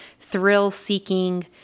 thrill-seeking